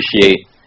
appreciate